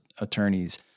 attorneys